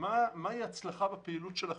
שיראו מהי הצלחה בפעילות שלכם,